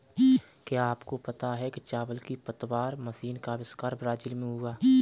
क्या आपको पता है चावल की पतवार मशीन का अविष्कार ब्राज़ील में हुआ